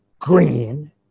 green